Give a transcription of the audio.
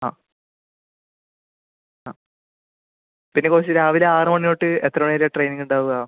ആ ആ പിന്നെ കോച്ച് രാവിലെ ആറ് മണി തൊട്ട് എത്ര മണി വരെയാണ് ട്രെയിനിംഗ് ഉണ്ടാവുക